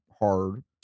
hard